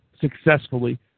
successfully